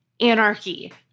anarchy